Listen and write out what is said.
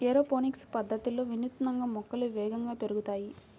aeroponics పద్ధతిలో వినూత్నంగా మొక్కలు వేగంగా పెరుగుతాయి